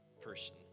person